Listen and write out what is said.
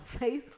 Facebook